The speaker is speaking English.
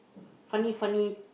funny funny